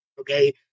okay